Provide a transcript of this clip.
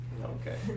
Okay